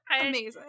Amazing